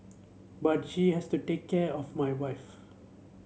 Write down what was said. but she has to take care of my wife